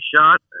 shot